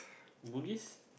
Bugis